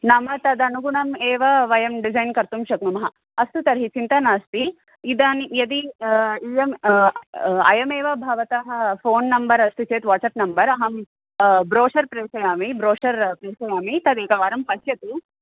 नाम तदनुगुणम् एव वयं डिज़ैन् कर्तुं शक्नुमः अस्तु तर्हि चिन्ता नास्ति इदानीं यदि इयं अयमेव भवतः फ़ोन् नम्बरस्ति चेत् वाट्सप् नम्बर् अहं ब्रोशर् प्रविषयामि ब्रोशर् प्रेषयामि तदेकवारं पश्यतु